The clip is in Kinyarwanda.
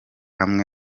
hamwe